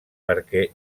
perquè